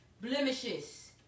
blemishes